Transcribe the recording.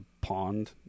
pond